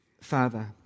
Father